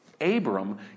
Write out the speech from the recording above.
Abram